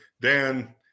dan